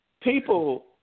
people